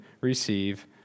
receive